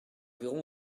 verrons